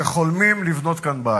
שחולמים לבנות כאן בית.